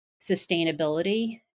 sustainability